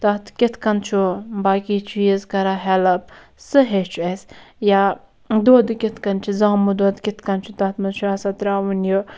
تَتھ کِتھٕ کٔنۍ چھُ باقٕے چیٖز کَران ہیٚلپ سُہ ہیٚوچھ اَسہِ یا دۄد کِتھٕ کٔنۍ چھ زامُت دۄد کِتھٕ کٔنۍ چھُ تتھ مَنٛز چھُ آسان ترٛاوُن یہِ